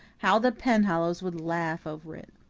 how the penhallows would laugh over it!